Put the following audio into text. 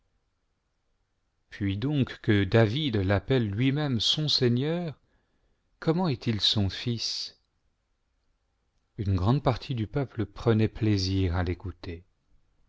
puis donc que david l'appelle lui-même son seigneur comment est-il son fils une grande partie du peuple prenait plaisir à l'écouter